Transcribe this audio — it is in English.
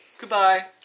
Goodbye